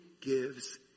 gives